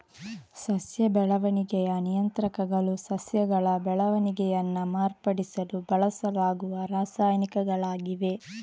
ಸಸ್ಯ ಬೆಳವಣಿಗೆಯ ನಿಯಂತ್ರಕಗಳು ಸಸ್ಯಗಳ ಬೆಳವಣಿಗೆಯನ್ನ ಮಾರ್ಪಡಿಸಲು ಬಳಸಲಾಗುವ ರಾಸಾಯನಿಕಗಳಾಗಿವೆ